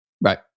Right